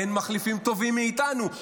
אין מחליפים טובים מאיתנו.